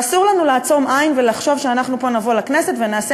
ואסור לנו לעצום עין ולחשוב שאנחנו פה נבוא לכנסת ונעשה